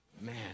Man